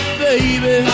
baby